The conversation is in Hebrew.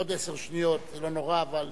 עוד עשר שניות זה לא נורא, אבל